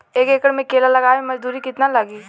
एक एकड़ में केला लगावे में मजदूरी कितना लागी?